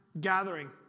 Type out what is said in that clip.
gathering